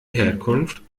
herkunft